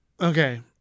okay